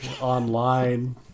online